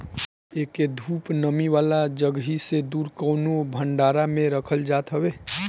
एके धूप, नमी वाला जगही से दूर कवनो भंडारा में रखल जात हवे